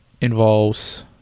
involves